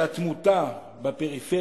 שהתמותה בפריפריה,